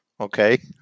Okay